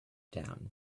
down